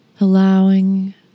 allowing